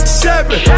seven